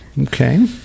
Okay